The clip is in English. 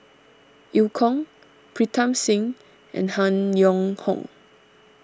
Eu Kong Pritam Singh and Han Yong Hong